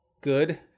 good